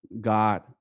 God